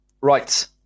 right